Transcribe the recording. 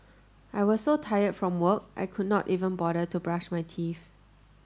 I was so tired from work I could not even bother to brush my teeth